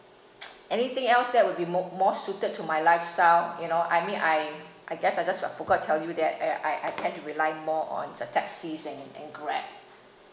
anything else that will be more more suited to my lifestyle you know I mean I I guess I just like forgot to tell you that ah ya I I tend to rely more on uh taxis and and grab